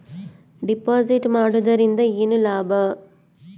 Deposit ಮಾಡುದರಿಂದ ಏನು ಲಾಭ?